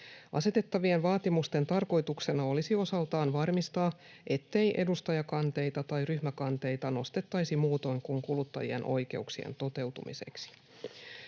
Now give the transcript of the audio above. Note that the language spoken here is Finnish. Asetettavien vaatimusten tarkoituksena olisi osaltaan varmistaa, ettei edustajakanteita tai ryhmäkanteita nostettaisi muutoin kuin kuluttajien oikeuksien toteutumiseksi.